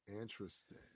Interesting